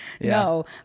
No